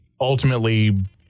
ultimately